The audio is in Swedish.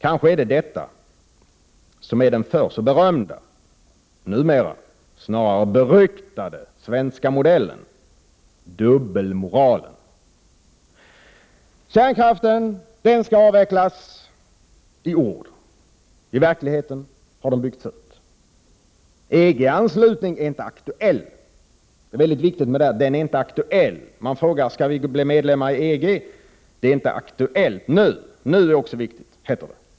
Kanske är det detta som är den förr så berömda, numera snarare beryktade, ”svenska modellen”: dubbelmoralen. Kärnkraften skall avvecklas — i ord; i verkligheten har den byggts ut. EG-anslutning är inte aktuell. Det är mycket viktigt med detta att den inte är aktuell. Man frågar sig: Skall vi bli medlemmar i EG? Det är inte aktuellt nu, heter det. Detta är också viktigt.